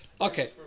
Okay